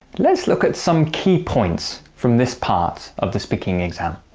let's look at some key points from this part of the speaking exam.